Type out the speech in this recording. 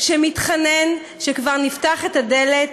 שמתחנן שכבר נפתח את הדלת,